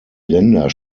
länder